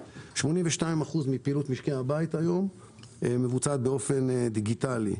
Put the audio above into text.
82% מפעילות משקי הבית היום מבוצעת באופן דיגיטלי.